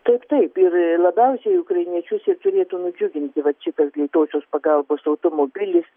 taip taip ir labiausiai ukrainiečius ir turėtų nudžiuginti vat šitas greitosios pagalbos automobilis